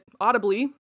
audibly